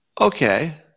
Okay